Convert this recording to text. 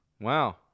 Wow